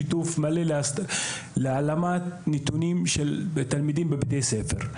שיתוף פעולה מלא להעלמת נתונים של תלמידים בבתי ספר.